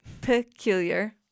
peculiar